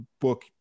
book